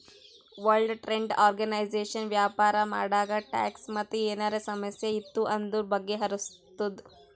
world Trade Organisation ವ್ಯಾಪಾರ ಮಾಡಾಗ tax ಮತ್ ಏನರೇ ಸಮಸ್ಯೆ ಇತ್ತು ಅಂದುರ್ ಬಗೆಹರುಸ್ತುದ್